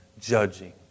Judging